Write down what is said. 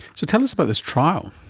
so tell us about this trial.